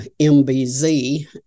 MBZ